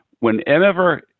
Whenever